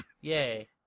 Yay